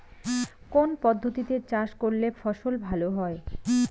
কোন পদ্ধতিতে চাষ করলে ফসল ভালো হয়?